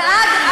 אבל עד אז,